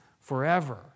forever